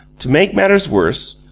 to make matters worse,